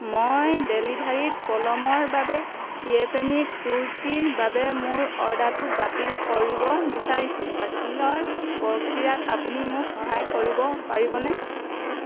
মই ডেলিভাৰীত পলমৰ বাবে য়েপমিত কুৰ্তিৰ বাবে মোৰ অৰ্ডাৰটো বাতিল কৰিব বিচাৰিছোঁ বাতিলৰ প্ৰক্ৰিয়াত আপুনি মোক সহায় কৰিব পাৰিবনে